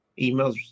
emails